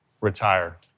retire